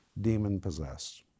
demon-possessed